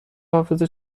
حافظه